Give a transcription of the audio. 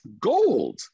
gold